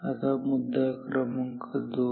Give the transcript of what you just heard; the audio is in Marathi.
आता मुद्दा क्रमांक 2